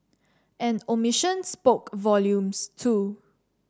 an omission spoke volumes too